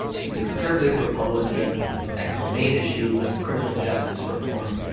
he's a conservative republican. his actual main issue was criminal justice reform,